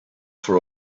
for